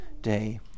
day